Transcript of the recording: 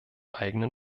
eigenen